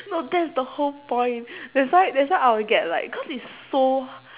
no that's the whole point that's why that's why I'll get like cause it's so